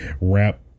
wrap